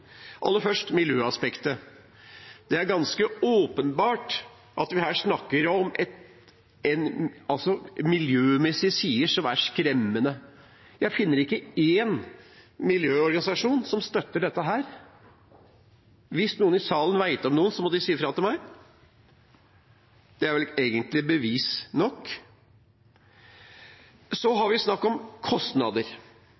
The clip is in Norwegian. Aller først til miljøaspektet: Det er ganske åpenbart at vi her snakker om miljømessige sider som er skremmende. Jeg finner ikke én miljøorganisasjon som støtter dette. Hvis noen i salen vet om noen, må de si ifra til meg. Det er vel egentlig bevis nok.